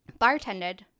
bartended